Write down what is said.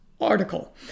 article